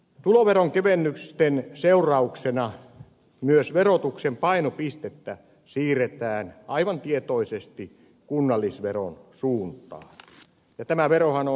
tuloveronkevennysten seurauksena myös verotuksen painopistettä siirretään aivan tietoisesti kunnallisveron suuntaan ja tämä verohan on tasavero